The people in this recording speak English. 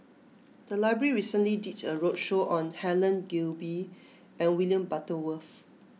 the library recently did a roadshow on Helen Gilbey and William Butterworth